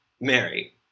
Mary